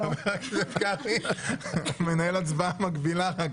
--- חבר הכנסת קרעי מנהל הצבעה מקבילה רק,